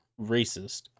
Racist